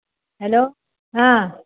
hello हां